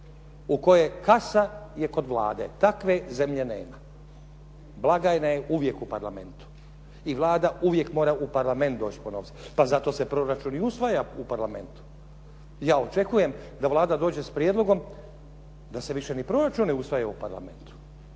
u kojoj kasa je kod Vlade. Takve zemlje nema. Blagajna je uvijek u Parlamentu i Vlada uvijek mora u Parlament doći po novce. Pa zato se proračun i usvaja u Parlamentu. Ja očekujem da Vlada dođe s prijedlogom da se više ni proračun ne usvaja u Parlamentu.